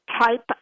type